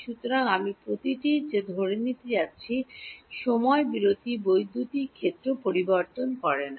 সুতরাং আমি প্রতিটি যে ধরে নিতে যাচ্ছি সময় বিরতি বৈদ্যুতিক ক্ষেত্র ডান পরিবর্তন করে না